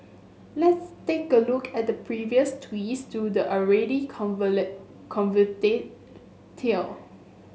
let's take a look at the previous twists to the already convoluted tale